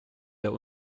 der